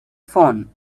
phone